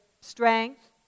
strength